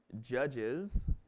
Judges